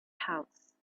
house